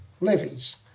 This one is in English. levies